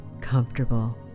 comfortable